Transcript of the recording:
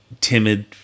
timid